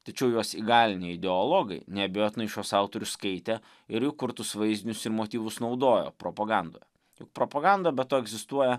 tačiau juos įgalinę ideologai neabejotinai šiuos autorius skaitė ir jų kurtus vaizdinius ir motyvus naudojo propagandoje juk propaganda be to egzistuoja